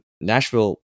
Nashville